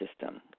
system